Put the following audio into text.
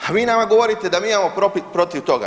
A vi nama govorite da mi imamo protiv toga.